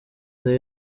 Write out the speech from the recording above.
the